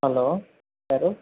hello ಯಾರು